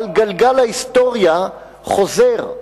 אבל גלגל ההיסטוריה חוזר,